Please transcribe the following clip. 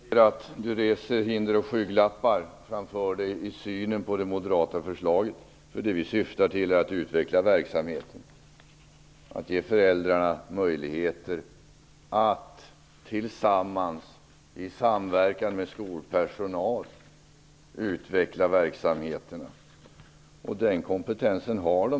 Fru talman! Det är bara att konstatera att Britt Marie Danestig-Olofsson reser hinder och har skygglappar framför sig när det gäller synen på det moderata förslaget. Det vi syftar till är att utveckla verksamheten och ge föräldrarna möjligheter att tillsammans, i samverkan med skolpersonal, utveckla verksamheterna. Den kompetensen har de.